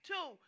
Two